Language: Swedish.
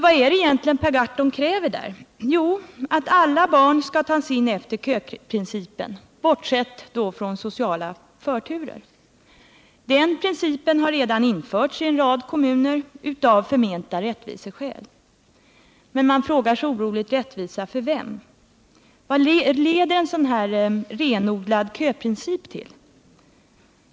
Vad är det egentligen Per Gahrton kräver i motionen? Jo, att alla barn — bortsett från dem som tas in genom sociala förturer — skall tas in efter köprincipen. Den principen har redan införts i en rad kommuner av förmenta rättviseskäl. Men man frågar sig oroligt: Rättvisa för vem? Vad leder en sådan här renodlad princip till?